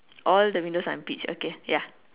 all the windows are in peach okay ya